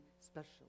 special